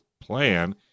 plan